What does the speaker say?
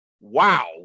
wow